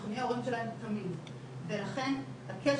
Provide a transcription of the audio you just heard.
אנחנו נהיה ההורים שלהם תמיד ולכן הקשר